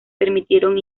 permitieron